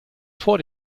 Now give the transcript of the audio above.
vor